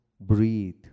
breathe